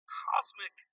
cosmic